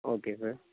okay sir